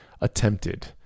attempted